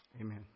Amen